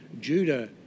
Judah